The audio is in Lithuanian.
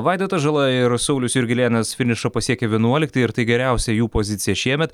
vaidotas žala ir saulius jurgelėnas finišą pasiekė vienuolikti ir tai geriausia jų pozicija šiemet